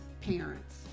parents